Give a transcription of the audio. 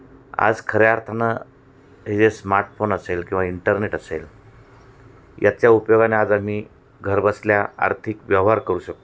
आज खऱ्या अर्थानं हे जे स्मार्टफोन असेल किंवा इंटरनेट असेल याच्या उपयोगाने आज आम्ही घरबसल्या आर्थिक व्यवहार करू शकतो